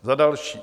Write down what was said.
Za další.